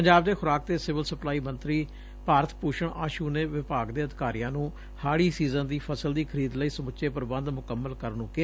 ਪੰਜਾਬ ਦੇ ਖੁਰਾਕ ਦੇ ਸਿਵਲ ਸਪਲਾਈ ਮੰਤਰੀ ਭਾਰਤ ਭੂਸ਼ਣ ਆਸੂ ਨੇ ਵਿਭਾਗ ਦੇ ਅਧਿਕਾਰੀਆ ਨੂੰ ਹਾੜੀ ਸੀਜਨ ਦੀ ਫਸਲ ਦੀ ਖਰੀਦ ਲਈ ਸਮੁੱਚੇ ਪੁਬੰਧ ਮੁਕੰਮਲ ਕਰਨ ਨੰ ਕਿਹਾ